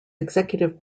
executive